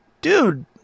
dude